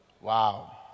Wow